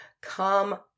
come